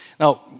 Now